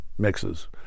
mixes